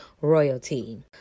Royalty